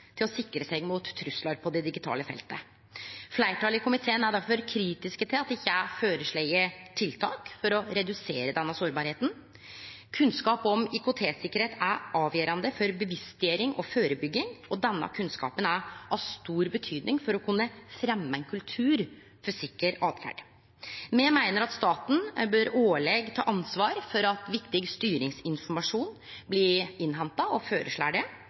til å sikre seg mot truslar på det digitale feltet. Fleirtalet i komiteen er derfor kritiske til at det ikkje er føreslått tiltak for å redusere denne sårbarheita. Kunnskap om IKT-tryggleik er avgjerande for bevisstgjering og førebygging, og denne kunnskapen er av stor betyding for å kunne fremje ein kultur for sikker åtferd. Me meiner at staten bør årleg ta ansvar for at viktig styringsinformasjon blir innhenta, og føreslår det.